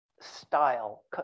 style